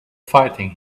fighting